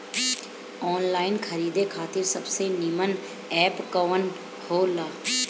Online खरीदे खातिर सबसे नीमन एप कवन हो ला?